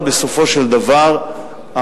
אבל בסופו של דבר,